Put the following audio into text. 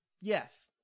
Yes